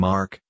Mark